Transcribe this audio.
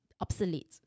obsolete